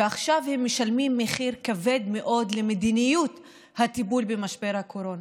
ועכשיו הם משלמים מחיר כבד מאוד על מדיניות הטיפול במשבר הקורונה,